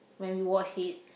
when we watch it